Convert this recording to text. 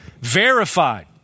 verified